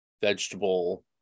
vegetable